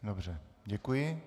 Dobře, děkuji.